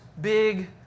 big